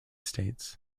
states